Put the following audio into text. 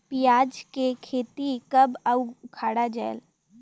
पियाज के खेती कब अउ उखाड़ा जायेल?